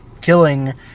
killing